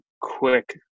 quick